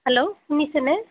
hello শুনিছেনে